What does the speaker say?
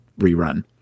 rerun